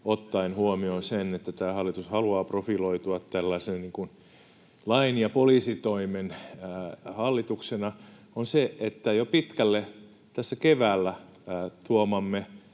ottaen huomioon sen, että tämä hallitus haluaa profiloitua tällaisena lain ja poliisitoimen hallituksena. Jo pitkällä oli tässä keväällä tuomamme